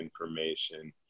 information